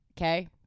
Okay